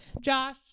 Josh